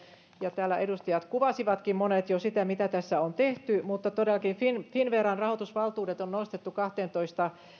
ja täällä monet edustajat kuvasivatkin jo sitä mitä tässä on tehty todellakin finnveran rahoitusvaltuudet on nostettu kahteentoista